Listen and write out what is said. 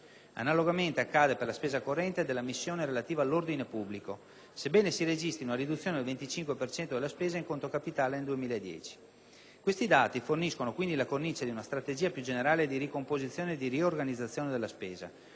Analogamente accade per la spesa corrente della missione relativa all'ordine pubblico sebbene si registri una riduzione del 25 per cento della spesa in conto capitale nel 2010. Questi dati forniscono, quindi, la cornice di una strategia più generale di ricomposizione e di riorganizzazione della spesa.